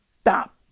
stop